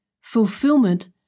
fulfillment